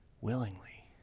willingly